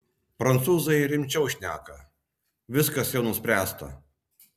prancūzai rimčiau šneka viskas jau nuspręsta